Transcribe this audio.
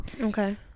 okay